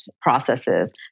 processes